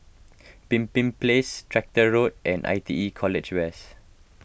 Pemimpin Place Tractor Road and I T E College West